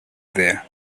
there